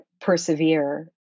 persevere